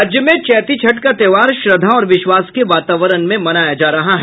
राज्य में चैती छठ का त्यौहार श्रद्धा और विश्वास के वातावरण में मनाया जा रहा हैं